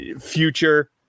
future